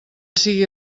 sigui